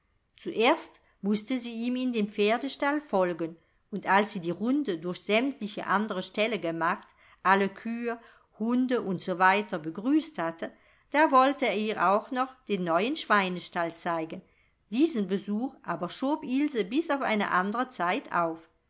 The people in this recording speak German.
zuerst mußte sie ihm in den pferdestall folgen und als sie die runde durch sämtliche andre ställe gemacht alle kühe hunde u s w begrüßt hatte da wollte er ihr auch noch den neuen schweinestall zeigen diesen besuch aber schob ilse bis auf eine andre zeit auf